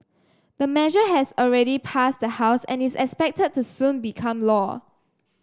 the measure has already passed the House and is expected to soon become law